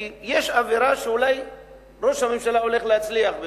כי יש אווירה שאולי ראש הממשלה הולך להצליח במשהו,